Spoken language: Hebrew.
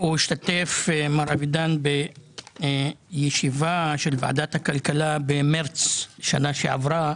מר אבידן השתתף בישיבה של ועדת הכלכלה בחודש מרס שנה שעברה